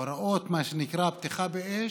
מה שנקרא הוראות פתיחה באש,